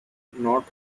not